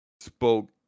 spoke